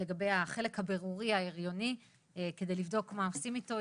לגבי החלק הבירורי ההריוני על מנת לבדוק מה עושים איתו.